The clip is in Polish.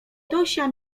dosia